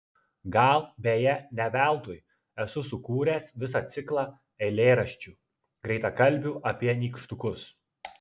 gal beje ne veltui esu sukūręs visą ciklą eilėraščių greitakalbių apie nykštukus